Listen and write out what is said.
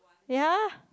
ye